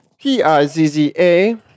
P-I-Z-Z-A